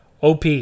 OP